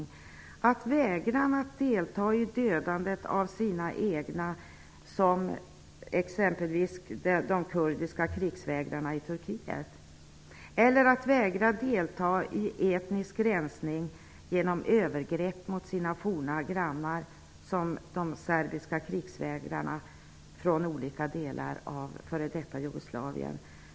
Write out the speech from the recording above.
De gäller inte vägran att delta i dödandet av sina egna, som exempelvis de kurdiska krigsvägrarna i Turkiet, eller vägran att delta i etnisk rensning genom övergrepp mot sina forna grannar, som de serbiska krigsvägrarna från olika delar av f.d. Jugoslavien.